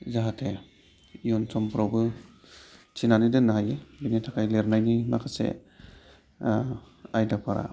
जाहाथे इयुन समफोरावबो थिनानै दोननो हायो बेनि थाखाय लिरनायनि माखासे आयदाफोरा